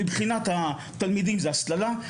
מבחינת התלמידים זאת הסללה,